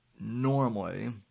normally